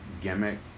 gimmick